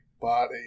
body